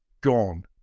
gone